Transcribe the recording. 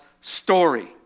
story